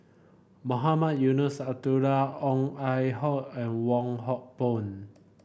Mohamed Eunos Abdullah Ong Ah Hoi and Wong Hock Boon